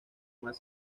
más